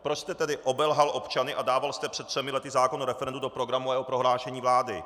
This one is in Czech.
Proč jste tedy obelhal občany a dával jste před třemi lety zákon o referendu do programového prohlášení vlády?